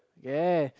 ya